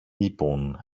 λοιπόν